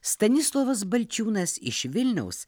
stanislovas balčiūnas iš vilniaus